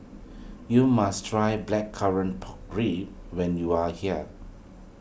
you must try Blackcurrant Pork Ribs when you are here